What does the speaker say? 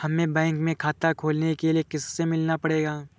हमे बैंक में खाता खोलने के लिए किससे मिलना पड़ेगा?